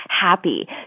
happy